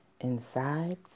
inside